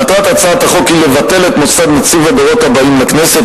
מטרת הצעת החוק היא לבטל את מוסד נציב הדורות הבאים לכנסת,